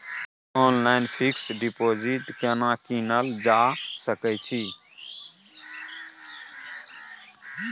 Online fix deposit केना कीनल जा सकै छी?